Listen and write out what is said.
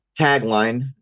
tagline